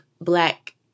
black